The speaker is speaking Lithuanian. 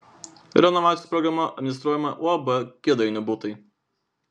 renovacijos programą administruoja uab kėdainių butai